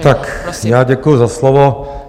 Tak já děkuji za slovo.